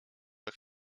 jak